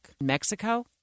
Mexico